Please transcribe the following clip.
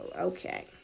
okay